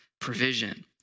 provision